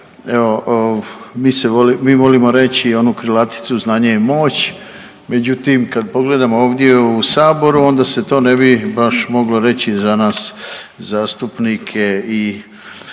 evo mi se, mi volimo reći onu krilaticu znanje je moć, međutim kad pogledamo ovdje u saboru onda se to ne bi baš moglo reći za nas zastupnike i